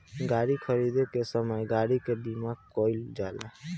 गाड़ी खरीदे के समय गाड़ी के बीमा कईल जाला